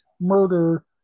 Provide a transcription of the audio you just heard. murder